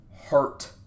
hurt